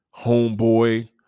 homeboy